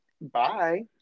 bye